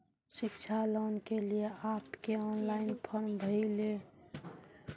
शिक्षा लोन के लिए आप के ऑनलाइन फॉर्म भरी ले?